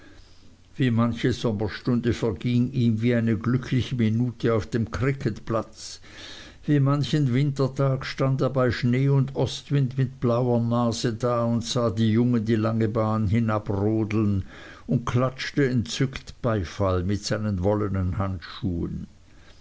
wie manche sommerstunde verging ihm wie eine glückliche minute auf dem cricketplatz wie manchen wintertag stand er bei schnee und ostwind mit blauer nase da und sah die jungen die lange bahn hinabrodeln und klatschte entzückt beifall mit seinen wollenen handschuhen